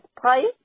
price